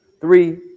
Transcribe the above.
Three